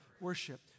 worship